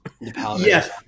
yes